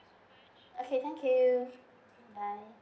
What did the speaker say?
okay thank you bye